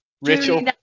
Rachel